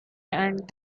and